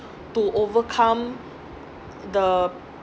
to overcome the